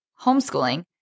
homeschooling